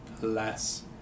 less